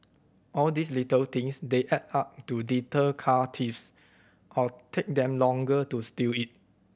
all these little things they add up to deter car thieves or take them longer to steal it